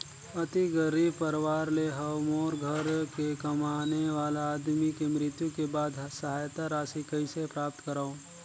अति गरीब परवार ले हवं मोर घर के कमाने वाला आदमी के मृत्यु के बाद सहायता राशि कइसे प्राप्त करव?